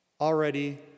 already